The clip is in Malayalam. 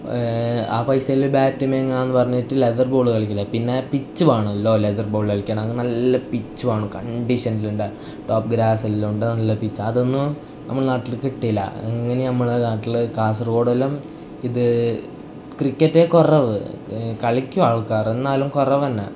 ആ പൈസയിൽ ബാറ്റ് വാങ്ങാമെന്ന് പറഞ്ഞിട്ട് ലെതർ ബോൾ കളിക്കില്ല പിന്നെ പിച്ച് വേണമല്ലോ ലെതർ ബോൾ കളിക്കണമെങ്കിൽ നല്ല പിച്ച് വേണം കണ്ടീഷണിൽ ഉള്ള ടോപ്പ് ഗ്രാസ് എല്ലാം ഉണ്ട് നല്ല പിച്ച് അതൊന്നു നമ്മള നാട്ടിൽ കിട്ടില്ല അങ്ങനെ നമ്മള നാട്ടിൽ കാസർഗോഡ് എല്ലാം ഇത് ക്രിക്കറ്റേ കുറവ് കളിക്കും ആൾക്കാർ എന്നാലും കുറവ് തന്നെ